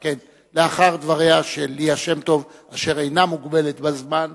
לאחר דבריה של ליה שמטוב, אשר אינה מוגבלת בזמן,